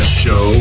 show